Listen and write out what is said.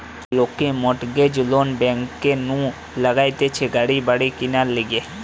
লোকে mortgage loan bank নু লইতেছে গাড়ি বাড়ি কিনার লিগে